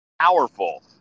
powerful